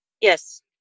Yes